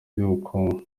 ry’ubukungu